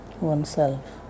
oneself